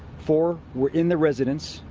four were in the residence,